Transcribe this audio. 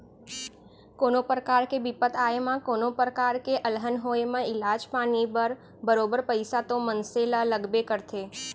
कोनो परकार के बिपत आए म कोनों प्रकार के अलहन होय म इलाज पानी बर बरोबर पइसा तो मनसे ल लगबे करथे